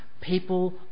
people